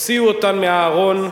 הוציאו אותן מהארון,